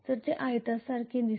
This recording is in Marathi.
ते आयतासारखे दिसेल